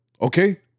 okay